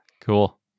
Cool